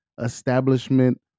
establishment